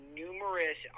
numerous